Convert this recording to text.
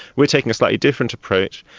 we are taking a slightly different approach.